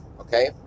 okay